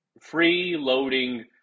free-loading